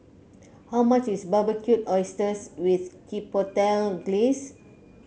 how much is Barbecued Oysters with Chipotle Glaze